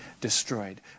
destroyed